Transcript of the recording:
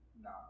No